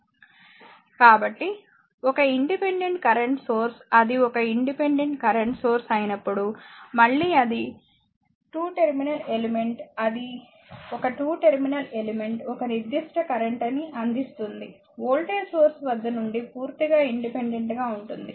చూడండి స్లయిడ్ సమయం 0939 కాబట్టి ఒక ఇండిపెండెంట్ కరెంట్ సోర్స్ అది ఒక ఇండిపెండెంట్ కరెంట్ సోర్స్ అయినప్పుడు మళ్ళీ అది టూ టెర్మినల్ ఎలిమెంట్ అది ఒక టూ టెర్మినల్ ఎలిమెంట్ఒక నిర్దిష్ట కరెంట్ ని అందిస్తుంది వోల్టేజ్ సోర్స్ వద్ద నుండి పూర్తిగా ఇండిపెండెంట్ గా ఉంటుంది